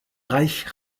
reich